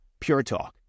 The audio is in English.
PureTalk